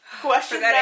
Question